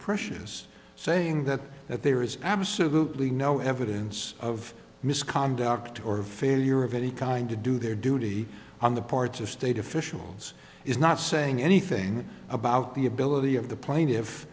capricious saying that that there is absolutely no evidence of misconduct or failure of any kind to do their duty on the parts of state officials is not saying anything about the ability of the pla